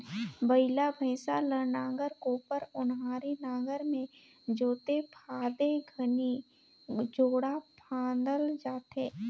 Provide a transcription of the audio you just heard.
बइला भइसा ल नांगर, कोपर, ओन्हारी नागर मे जोते फादे घनी जोड़ा फादल जाथे